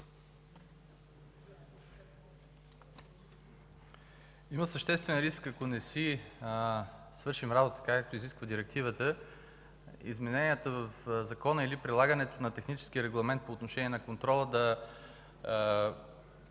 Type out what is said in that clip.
Има съществен риск – ако не си свършим работата, както изисква Директивата, измененията в Закона или прилагането на техническия регламент по отношение на контрола да